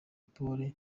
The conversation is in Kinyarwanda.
polly